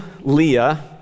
Leah